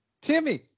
Timmy